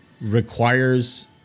requires